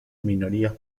minorías